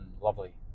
lovely